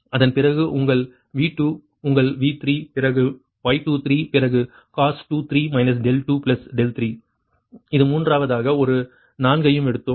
அதன் பிறகு உங்கள் V2 உங்கள் V3 பிறகு Y23 பிறகு cos 23 23 இது மூன்றாவதாக ஒரு நான்கையும் எடுத்தோம்